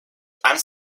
han